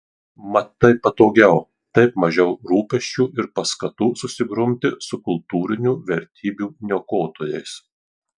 mat taip patogiau taip mažiau rūpesčių ir paskatų susigrumti su kultūrinių vertybių niokotojais